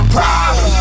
Problems